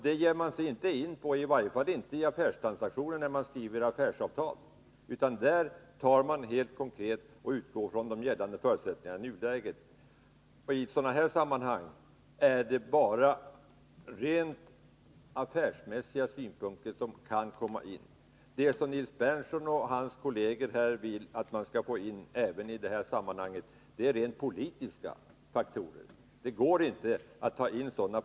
Det ger man sig i varje fall inte in på när man skriver affärsavtal. I sådana sammanhang är det bara rent affärsmässiga synpunkter man kan ta in. Nils Berndtson och hans kolleger vill ta in rent politiska faktorer i affärsavtal.